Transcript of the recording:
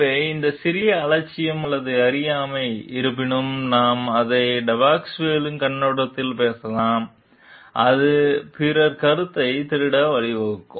எனவே இந்த சிறிய அலட்சியம் அல்லது அறியாமை இருப்பினும் நாம் அதை டெபாஸ்குவேல் கண்ணோட்டத்தில் பேசலாம் அது பிறர் கருத்தை திருட வழிவகுக்கும்